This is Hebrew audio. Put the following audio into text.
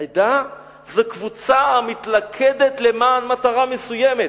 עדה זו קבוצה המתלכדת למען מטרה מסוימת,